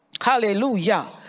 Hallelujah